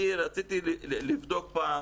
אני רציתי לבדוק פעם